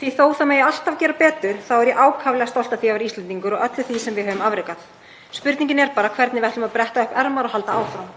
Þótt alltaf megi gera betur þá er ég ákaflega stolt af því að vera Íslendingur og af öllu því sem við höfum afrekað. Spurningin er bara hvernig við ætlum að bretta upp ermar og halda áfram.